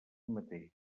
mateix